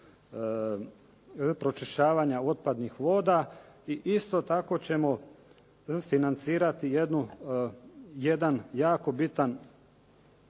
pročišćavanja otpadnih voda. I isto tako ćemo financirati jedan jako bitan